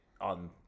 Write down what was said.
on